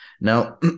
Now